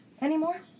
anymore